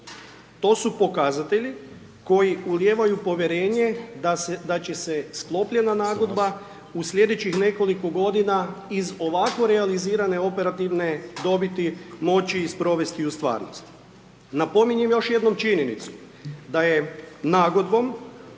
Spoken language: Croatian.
To su pokazatelji koji ulijevaju povjerenje da će se sklopljena nagodba u sljedećih nekoliko godina, iz ovakvo realizirane operativne dobiti moći sprovesti u stvaranosti. Napominjem još jednom činjenicu, da je nagodbom,